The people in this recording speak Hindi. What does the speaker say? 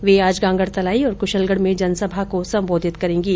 वे आज गांगड़तलाई और कुशलगढ़ में जनसभा को संबोधित करे गी